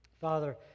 Father